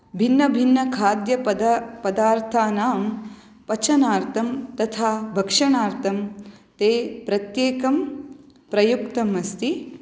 भिन्नभिन्नखाद्यपदपदार्थानां पचनार्थं तथा भक्षणार्थं ते प्रत्येकं प्रयुक्तमस्ति